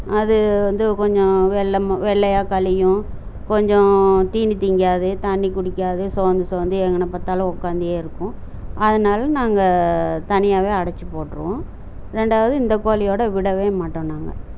அது வந்து கொஞ்சம் வெள்ளமா வெள்ளையாக கழியும் கொஞ்சம் தீணி திங்காது தண்ணி குடிக்காது சோர்ந்து சோர்ந்து எங்கேன பார்த்தாலும் உட்காந்தே இருக்கும் அதனால நாங்கள் தனியாவே அடைச்சிப் போட்டுருவோம் ரெண்டாவது இந்த கோழியோடு விடவே மாட்டோம் நாங்கள்